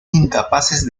incapaces